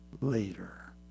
later